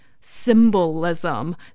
symbolism